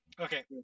Okay